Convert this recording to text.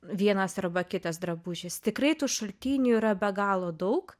vienas arba kitas drabužis tikrai tų šaltinių yra be galo daug